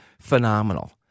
phenomenal